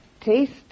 taste